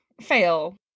fail